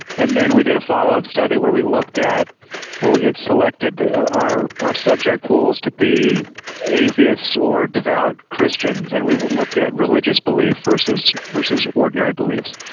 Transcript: and then we did a follow up study where we looked at where we had selected our our subject pools to be atheists or devout christians and we looked at religious belief versus versus ordinary beliefs.